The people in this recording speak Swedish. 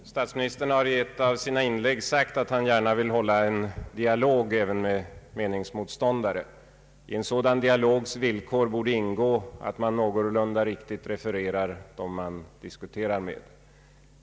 Herr talman! Statsministern har i ett av sina inlägg sagt att han gärna vill föra en dialog även med meningsmotståndare. I en sådan dialogs villkor borde ingå att man någorlunda riktigt refererar den man diskuterar med.